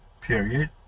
period